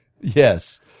Yes